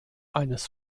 eines